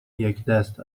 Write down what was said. یکدست